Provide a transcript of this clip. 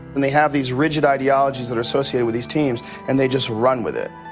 and they have these rigid ideologies that are associated with these teams and they just run with it.